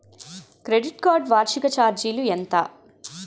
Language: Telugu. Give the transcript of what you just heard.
క్రెడిట్ కార్డ్ వార్షిక ఛార్జీలు ఎంత?